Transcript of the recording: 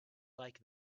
like